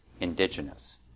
indigenous